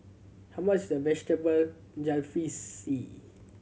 how much is Vegetable Jalfrezi